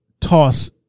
toss